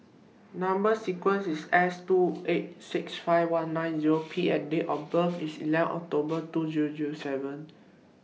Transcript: Number sequences IS S two eight six five one nine Zero P and Date of birth IS eleven October two Zero Zero seven